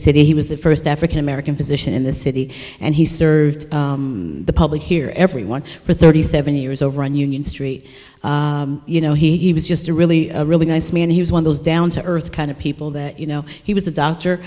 city he was the first african american position in the city and he served the public here everyone for thirty seven years over in union street you know he was just a really really nice man he was one of those down to earth kind of people that you know he was a doctor